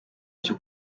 cyo